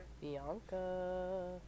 Bianca